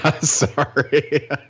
Sorry